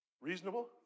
Reasonable